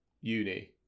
uni